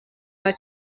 are